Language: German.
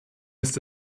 ist